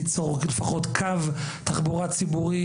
ליצור לפחות קו תחבורה ציבורית.